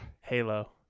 Halo